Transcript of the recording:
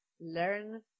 learn